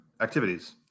activities